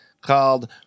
called